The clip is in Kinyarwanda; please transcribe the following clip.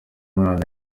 mwana